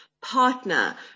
partner